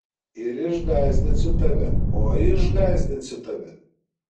ir išgąsdinsiu tave oi išgąsdinsiu tave